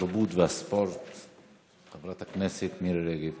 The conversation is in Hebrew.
התרבות והספורט חברת הכנסת מירי רגב